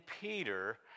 Peter